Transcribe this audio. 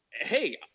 hey